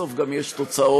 בסוף גם יש תוצאות.